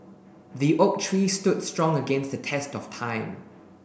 the oak tree stood strong against the test of time